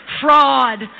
fraud